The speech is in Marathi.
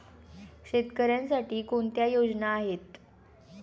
शेतकऱ्यांसाठी कोणत्या योजना आहेत?